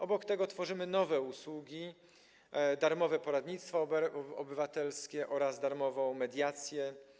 Obok tego tworzymy nowe usługi: darmowe poradnictwo obywatelskie oraz darmową mediację.